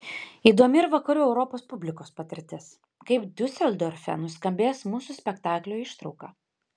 įdomi ir vakarų europos publikos patirtis kaip diuseldorfe nuskambės mūsų spektaklio ištrauka